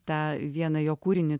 tą vieną jo kūrinį